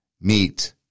meet